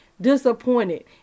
disappointed